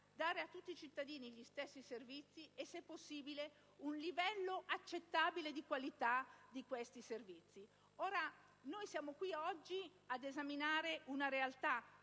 offrire a tutti i cittadini gli stessi servizi e, se possibile, un livello accettabile di qualità di questi servizi. Noi siamo qui oggi ad esaminare una realtà;